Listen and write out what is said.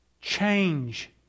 Change